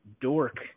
dork